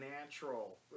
natural